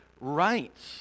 rights